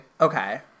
Okay